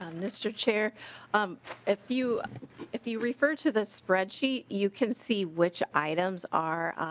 um mr. chair um if you if you refer to the spreadsheet you can see which items are